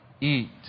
eat